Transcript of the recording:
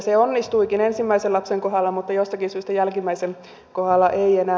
se onnistuikin ensimmäisen lapsen kohdalla mutta jostakin syystä jälkimmäisen kohdalla ei enää